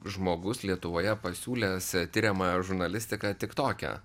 žmogus lietuvoje pasiūlęs tiriamąją žurnalistiką tik toke